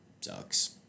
Sucks